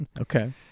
Okay